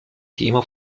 thema